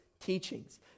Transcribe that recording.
teachings